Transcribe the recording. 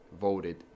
voted